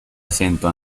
acento